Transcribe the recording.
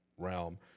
realm